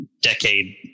decade